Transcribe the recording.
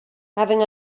having